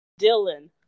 Dylan